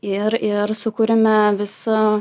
ir ir sukuriame visą